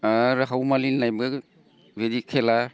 आरो हावमालि होननाय बेदि खेला